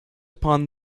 upon